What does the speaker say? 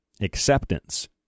acceptance